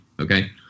Okay